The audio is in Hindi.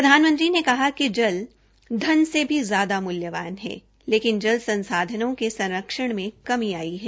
प्रधानमंत्री ने कहा कि जल धन से भी ज्यादा मूल्यावान है लेकिन जल संसाधनों के संरक्षण में कमी है